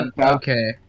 Okay